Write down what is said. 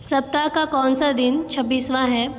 सप्ताह का कौन सा दिन छब्बीसवां है